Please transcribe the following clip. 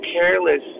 careless